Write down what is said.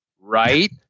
Right